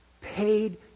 paid